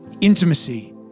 Intimacy